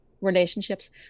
relationships